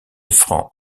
francs